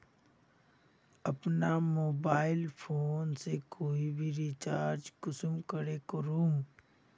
अपना mobile phone से कोई भी रिचार्ज कुंसम करे करूम?